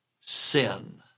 Sin